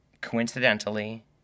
coincidentally